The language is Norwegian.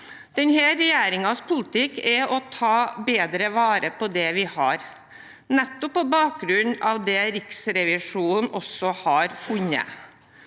Denne regjeringens politikk er å ta bedre vare på det vi har, nettopp på bakgrunn av det Riksrevisjonen også har funnet.